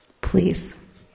please